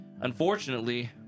Unfortunately